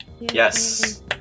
Yes